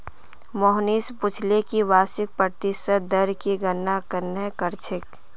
मोहनीश पूछले कि वार्षिक प्रतिशत दर की गणना कंहे करछेक